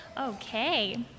Okay